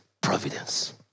providence